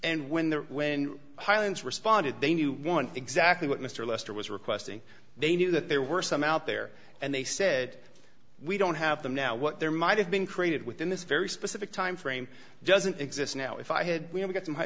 and when the wind highlands responded they knew one exactly what mr lester was requesting they knew that there were some out there and they said we don't have them now what there might have been created within this very specific time frame doesn't exist now if i had